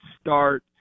start